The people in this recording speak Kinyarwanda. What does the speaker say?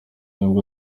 n’ubwo